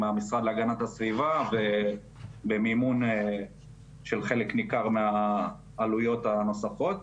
המשרד להגנת הסביבה ובמימון של חלק ניכר מהעלויות הנוספות.